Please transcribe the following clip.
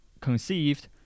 conceived